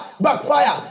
backfire